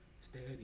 Steady